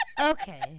Okay